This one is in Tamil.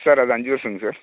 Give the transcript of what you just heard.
சார் அது அஞ்சு வருஷங்க சார்